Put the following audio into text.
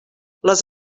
les